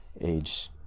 age